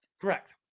Correct